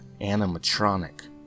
animatronic